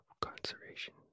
conservation